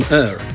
Air